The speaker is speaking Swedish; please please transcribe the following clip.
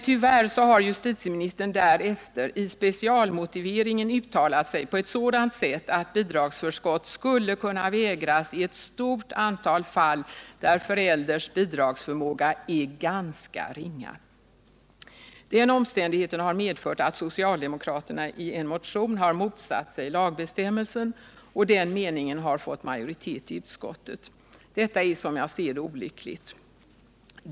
Tyvärr har justitieministern därefter i specialmotiveringen uttalat sig på ett sådant sätt att bidragsförskott skulle kunna vägras i ett stort antal fall där förälderns bidragsförmåga är ganska ringa. Den omständigheten har medfört att socialdemokraterna i en motion har motsatt sig lagbestämmelsen, och deras mening har fått majoritet i utskottet. Detta är, som jag ser det, olyckligt.